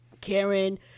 Karen